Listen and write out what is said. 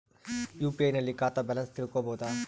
UPI ನಲ್ಲಿ ಖಾತಾ balance ತಿಳಕೊ ಬಹುದಾ?